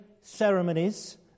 ceremonies